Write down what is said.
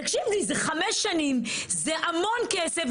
תקשיב לי, זה חמש שנים, זה המון כסף.